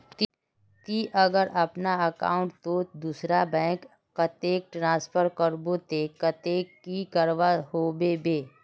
ती अगर अपना अकाउंट तोत दूसरा बैंक कतेक ट्रांसफर करबो ते कतेक की करवा होबे बे?